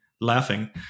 laughing